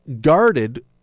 guarded